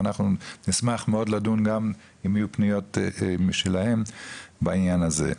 ואנחנו נשמח מאד לדון גם אם יהיו פניות שלהם בעניין הזה.